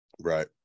Right